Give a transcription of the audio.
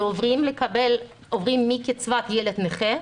למשל כשעוברים מקצבת ילד נכה,